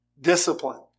discipline